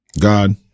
God